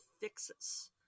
fixes